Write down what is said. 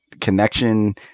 connection